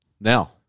Now